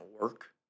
work